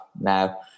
now